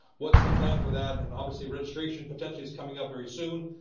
what's the plan for that and obviously registration potentially is coming up very soon.